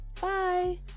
Bye